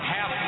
Half